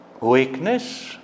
weakness